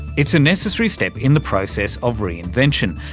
it's a necessary step in the process of reinvention.